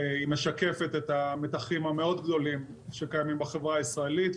היא משקפת את המתחים המאוד גדולים שקיימים בחברה הישראלית,